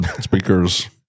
speakers